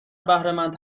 بهرهمند